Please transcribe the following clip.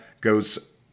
goes